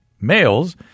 Males